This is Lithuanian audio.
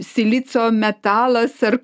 silicio metalas ar